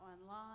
online